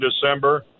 December